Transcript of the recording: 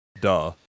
duh